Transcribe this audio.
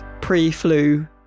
pre-flu